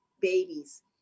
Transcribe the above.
babies